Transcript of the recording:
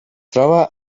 troba